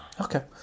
Okay